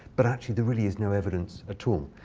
but actually, there really is no evidence at all.